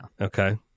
Okay